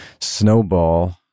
snowball